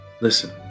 listen